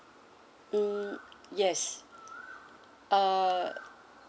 mm yes uh